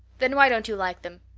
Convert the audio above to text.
then why don't you like them?